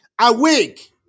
awake